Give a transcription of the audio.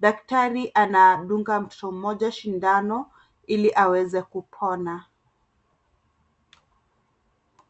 daktari anamdunga mtoto mmoja shindano ili aweze kupona.